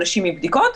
אנשים עם בדיקות,